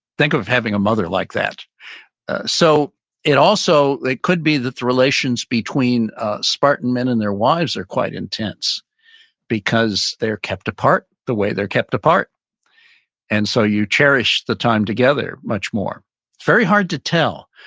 think of having a mother like that so it also they could be the relations between a spartan men and their wives are quite intense because they're kept apart the way they're kept apart and so you cherish the time together much more. it's very hard to tell,